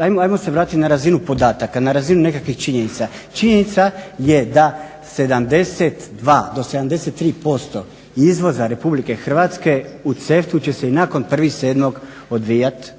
ajmo se vratiti na razinu podataka, na razinu nekakvih činjenica. Činjenica je da 72 do 73% izvoza RH u CEFTA-u će se i nakon 1.07. odvijati